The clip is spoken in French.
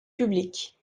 publique